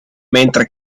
mentre